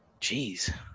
Jeez